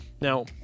Now